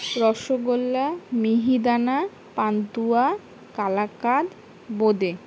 rasgulla mihidana pantua kalakand বোঁদে